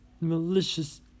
malicious